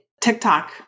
TikTok